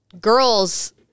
girls